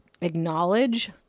acknowledge